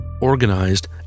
organized